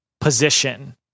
position